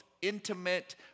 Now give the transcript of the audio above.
intimate